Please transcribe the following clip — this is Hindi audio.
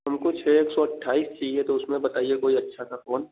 हमको छह एक सौ अट्ठाईस चाहिए तो उसमें बताइए कोई अच्छा सा फ़ोन